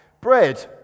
Bread